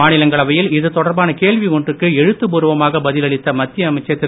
மாநிலங்களவையில் இது தொடர்பான கேள்வி ஒன்றுக்கு எழுத்துப்பூர்வமாக பதில் அளித்த மத்திய அமைச்சர் திரு